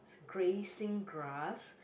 grazing grass